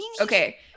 Okay